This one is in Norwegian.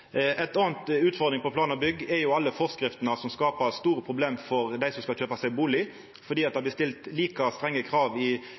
anna utfordring når det gjeld plan og bygg, er alle forskriftene som skaper store problem for dei som skal kjøpa seg bustad, for det